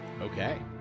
Okay